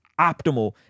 optimal